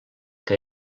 que